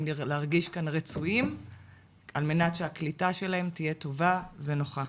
להרגיש כאן רצויים על מנת שהקליטה שלהם תהיה טובה ונוחה.